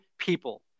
people